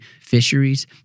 fisheries